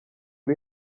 uri